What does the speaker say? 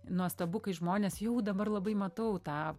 nuostabu kai žmonės jau dabar labai matau tą